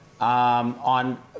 on